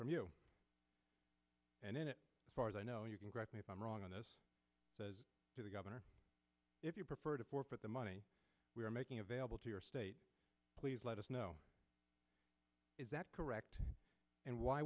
from you and in it far as i know you can correct me if i'm wrong on this says to the governor if you prefer to forfeit the money we're making available to your state please let us know is that correct and why